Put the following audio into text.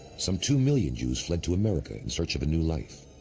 some two million jews fled to america, in search of a new life.